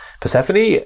Persephone